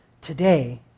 today